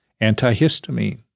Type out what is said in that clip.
Antihistamine